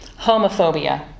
homophobia